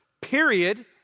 period